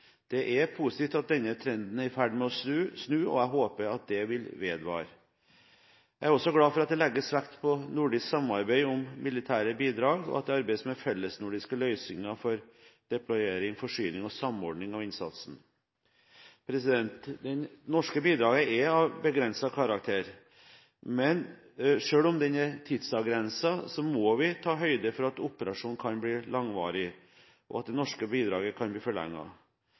Det er positivt at denne trenden er i ferd med å snu, og jeg håper at det vil vedvare. Jeg er også glad for at det legges vekt på et nordisk samarbeid om militære bidrag, og at det arbeides med fellesnordiske løsninger for deployering, forsyning og samordning av innsatsen. Det norske bidraget er av begrenset karakter. Men selv om den er tidsavgrenset, må vi ta høyde for at operasjonen kan bli langvarig, og at det norske bidraget kan bli forlenget.